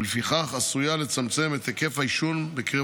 ולפיכך עשויה לצמצם את היקף העישון בקרב